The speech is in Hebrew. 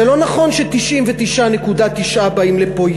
זה לא נכון ש-99.9% באים לפה.